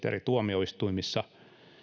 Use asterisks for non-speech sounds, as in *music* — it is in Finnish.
*unintelligible* eri tuomioistuimissa